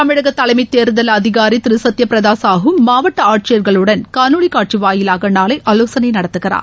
தமிழக தலைமைத் தேர்தல் அதிகாரி திரு சத்யபிரதா சாஹூ மாவட்ட ஆட்சியர்களுடன் காணொலிக் காட்சி வாயிலாக நாளை ஆலோசனை நடத்துகிறார்